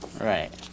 Right